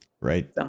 Right